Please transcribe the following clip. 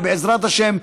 ובעזרת השם,